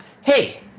hey